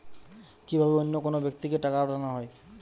কি ভাবে অন্য কোনো ব্যাক্তিকে টাকা পাঠানো হয়?